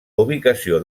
ubicació